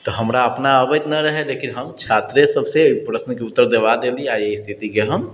तऽ हमरा अपना अबैत नहि रहै लेकिन हम छात्रे सभसँ प्रश्नके उत्तर देबाए देली आओर एहि स्थितिके हम